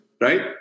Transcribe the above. right